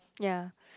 ya